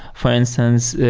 for instance,